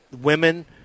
women